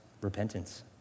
repentance